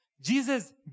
Jesus